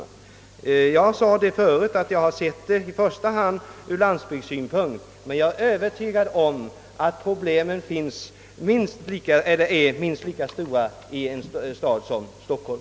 Som jag sade förut har jag i första hand sett problemet ur landsbygdens synpunkt, men jag är övertygad om att problemet är minst lika stort i en stad som Stockholm.